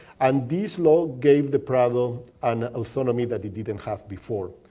and this law gave the prado an autonomy that it didn't have before.